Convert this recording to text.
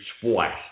twice